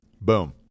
boom